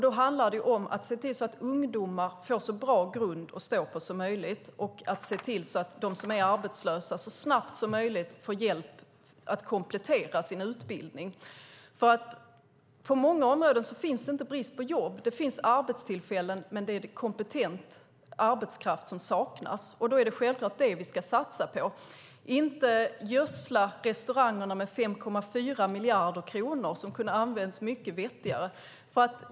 Det handlar om att se till att ungdomar får så bra grund som möjligt att stå på och att se till att de som är arbetslösa så snabbt som möjligt får hjälp att komplettera sin utbildning. På många områden finns det inte brist på jobb. Det finns arbetstillfällen, men det är kompetent arbetskraft som saknas. Det är självklart det vi ska satsa på och inte att gödsla restaurangerna med 5,4 miljarder kronor. De hade kunnat användas mycket vettigare.